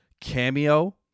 Cameo